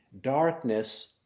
darkness